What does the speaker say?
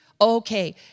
Okay